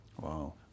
Wow